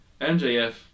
MJF